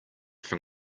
from